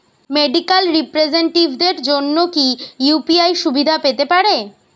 Medical রিপ্রেজন্টেটিভদের জন্য কি ইউ.পি.আই সুবিধা পেতে পারে?